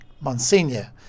monsignor